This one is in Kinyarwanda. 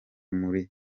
muri